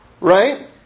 right